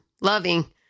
loving